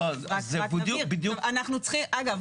אגב,